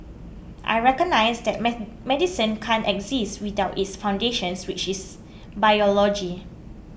I recognise that medicine can't exist without its foundations which is biology